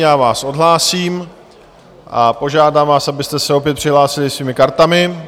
Já vás odhlásím a požádám vás, abyste se opět přihlásili svými kartami.